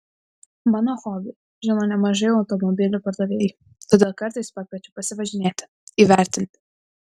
mano hobį žino nemažai automobilių pardavėjų todėl kartais pakviečia pasivažinėti įvertinti